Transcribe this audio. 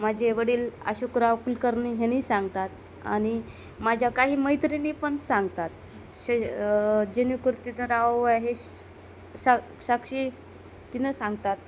माझे वडील अशोकराव कुलकर्णी ह्यांनी सांगतात आणि माझ्या काही मैत्रिणी पण सांगतात श जेणेकरून तिचं नाव हे श शा साक्षी तिनं सांगतात